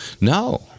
No